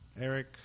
eric